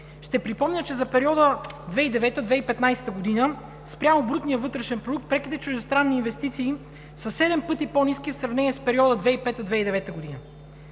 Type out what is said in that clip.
Ще припомня, че за периода 2009 – 2015 г., спрямо брутния вътрешен продукт преките чуждестранни инвестиции са седем пъти по-ниски в сравнение с периода 2005 – 2009 г.